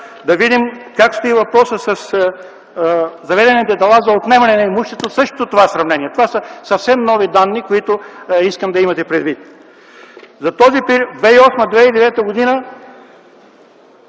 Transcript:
Да видим как стои въпросът с заведените дела за отнемане на имущество в същото това сравнение. Това са съвсем нови данни, които искам да имате предвид. За периода 2008-2009 г.